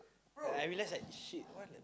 I realise like shit why the